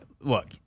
look